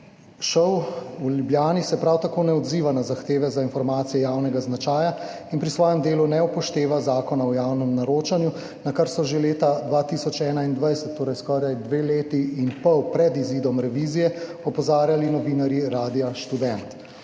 ŠOU v Ljubljani se prav tako ne odziva na zahteve za informacije javnega značaja in pri svojem delu ne upošteva Zakona o javnem naročanju, na kar so že leta 2021, torej skoraj dve leti in pol pred izidom revizije, opozarjali novinarji Radia Študent.